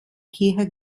kirche